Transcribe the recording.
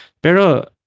pero